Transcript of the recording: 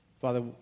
Father